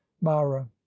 mara